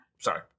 Sorry